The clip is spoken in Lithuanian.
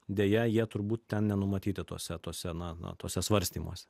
deja jie turbūt ten nenumatyti tuose tuose na na tuose svarstymuose